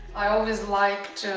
i always liked